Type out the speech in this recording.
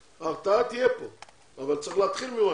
הרתעה תהיה כאן אבל צריך להתחיל ממשהו.